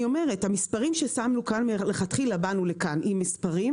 אני אומרת שמלכתחילה באנו לכאן עם מספרים